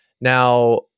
Now